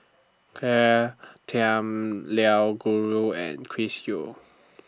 Claire Tham Liao Gru and Chris Yeo